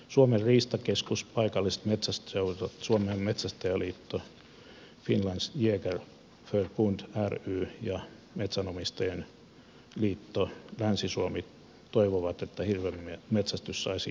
suomen riistakeskus paikalliset metsästysseurat suomen metsästäjäliitto finlands jägarförbund ry ja metsänomistajien liitto länsi suomi toivovat että hirvenmetsästys saisi jatkua